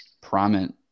prominent